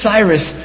Cyrus